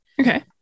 Okay